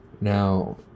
Now